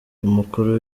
umukuru